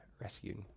rescued